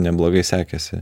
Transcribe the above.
neblogai sekėsi